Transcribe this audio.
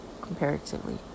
comparatively